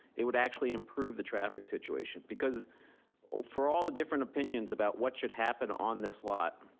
it would actually improve the traffic situation. because for all the different opinions about what should happen on this lot,